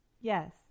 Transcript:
Yes